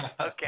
Okay